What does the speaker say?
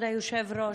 כבוד היושב-ראש,